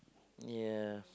ya